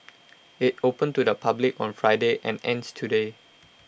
IT opened to the public on Friday and ends today